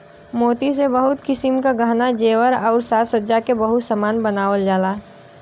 मोती से बहुत किसिम क गहना जेवर आउर साज सज्जा के बहुत सामान बनावल जाला